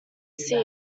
seer